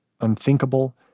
unthinkable